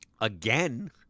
Again